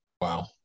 wow